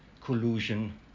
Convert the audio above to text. collusion